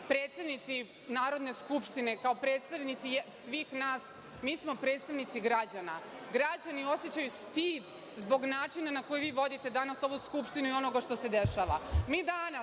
predsednici Narodne skupštine, kao predstavnici svih nas, mi smo predstavnici građana. Građani osećaju stid zbog načina na koji vodite danas ovu Skupštinu i onoga što se dešava. Mi